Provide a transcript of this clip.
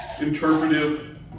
interpretive